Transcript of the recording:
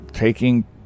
taking